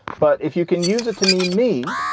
but if you can use it to mean me,